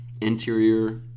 interior